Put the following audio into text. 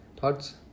Thoughts